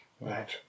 Right